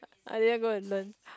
I didn't go and learn